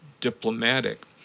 diplomatic